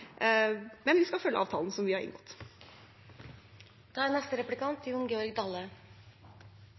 Men vi skal følge opp avtalen som vi har inngått. Det var nesten tryggjande å høyre at statsråden ikkje er